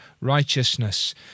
righteousness